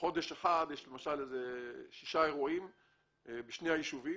בחודש אחד יש כשישה אירועים בשני הישובים.